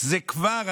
זה כבר,